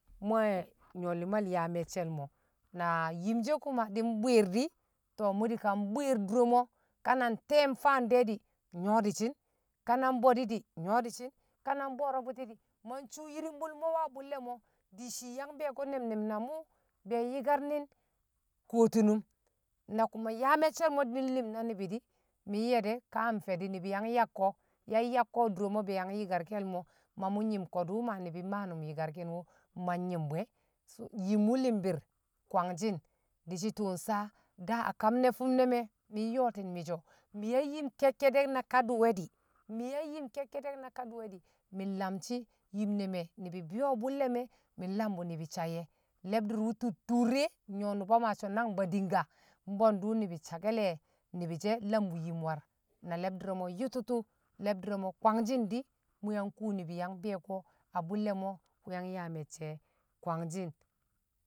Mṵ we̱ nyṵwo̱ limal yaa me̱cce̱l mo̱ na yim she kuma di̱n mbwi̱i̱r di̱ to mṵ di̱kan bwi̱i̱r dure mo̱ ka na nte̱e̱ faan de̱ di̱ nyo̱ di̱shi̱n ka na mbwe̱di di̱ nyo̱ di̱shi̱n kana bo̱o̱ro̱ bṵti̱ di̱ ma nshuu yirumbu le̱ mo̱ wṵ a̱ bṵlle mo̱ de shii yang bi̱yo̱ko̱ ne̱m- ne̱m na mṵ be̱e̱ yi̱karmi̱n ko tunum na kuma yaa me̱cce̱ mo̱ di̱ nli̱m na ni̱bi̱ di̱ mi̱ ye̱de̱ kaa nfe̱ di̱ ni̱bi̱ yang yakko̱, yang yakko̱ dure mo̱ ba yang yi̱karke̱l mo̱, ma mṵ nyi̱m ko̱dṵ ma ni̱bi̱ mmaanum yi̱karki̱n o̱ mwan nyi̱mbṵ e̱, yi̱m wu li̱mbi̱r kwangshi̱n di̱shi̱ tṵṵ sa daa a kam ne̱ fi̱m ne̱ mi̱ nyooti̱n mi̱ so̱ mi̱ yang yim ke̱kke̱de̱k na kadi̱we̱ di̱, mi̱ yang yim ke̱kke̱de̱k na kadi̱we̱ di̱ mi̱ nlamshi yim ne̱me̱ ni̱bi̱ be̱yo̱ bṵlle̱ me̱, mi̱nlambu ni̱bi̱ sayye̱ le̱bdi̱r wṵ tṵtṵṵr e̱ nyo̱ nṵba maa so̱ nang badingka bwandu ni̱bi̱ sakke̱le̱ ni̱bi̱ she̱ lambṵ yim war na le̱bdi̱r ne̱ yṵtṵtṵ le̱bdi̱r re̱ mo̱ kwangshi̱n di̱ mṵ yang ni̱bi̱ yang bi̱yo̱ko̱ a bṵlle̱ mo̱ mu yang yaa me̱cce̱ kwangshi̱n